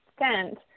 extent